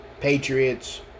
Patriots